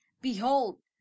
Behold